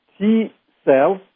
T-cells